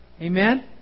Amen